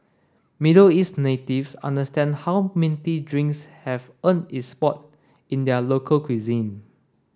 Middle East natives understand how minty drinks have earned its spot in their local cuisine